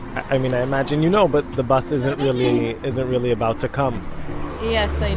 i mean i imagine you know, but the bus isn't really isn't really about to come yes,